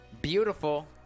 Beautiful